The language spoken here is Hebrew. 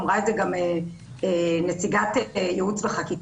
אמרה את זה גם נציגת ייעוץ וחקיקה,